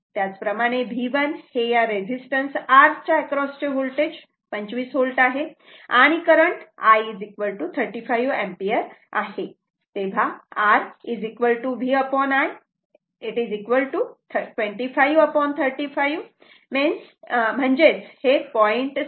त्याचप्रमाणे V1 हे या रेझिस्टन्स R च्या एक्रॉसचे होल्टेज 25 V आहे आणि हे करंट I 35 एंपियर आहे तेव्हा R V I 25 35 0